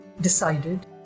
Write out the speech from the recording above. decided